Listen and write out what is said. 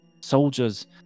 soldiers